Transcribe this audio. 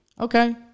Okay